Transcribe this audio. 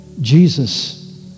Jesus